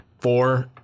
four